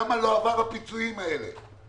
ולמה לא עברו הפיצויים האלה?